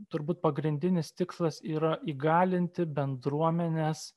turbūt pagrindinis tikslas yra įgalinti bendruomenes